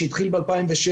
שהתחיל ב-2006,